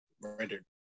rendered